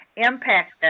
Impact